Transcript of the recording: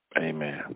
Amen